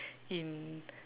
in